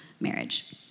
marriage